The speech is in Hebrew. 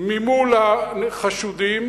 מול החשודים,